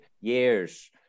years